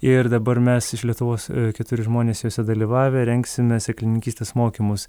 ir dabar mes iš lietuvos keturi žmonės jose dalyvavę rengsime sėklininkystės mokymus